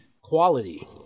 quality